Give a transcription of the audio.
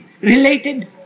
related